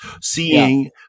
seeing